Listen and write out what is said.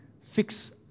fix